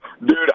dude